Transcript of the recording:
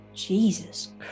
Jesus